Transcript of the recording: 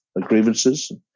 grievances